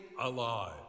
alive